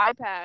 iPad